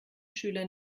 schüler